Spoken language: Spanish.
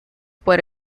por